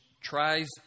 tries